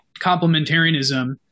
complementarianism